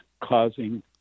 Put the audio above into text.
causing